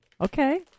Okay